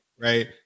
right